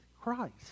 Christ